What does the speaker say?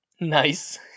Nice